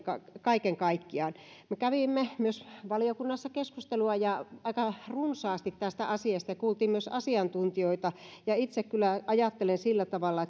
kaiken kaikkiaan me kävimme myös valiokunnassa keskustelua ja aika runsaasti tästä asiasta kuultiin myös asiantuntijoita itse kyllä ajattelen sillä tavalla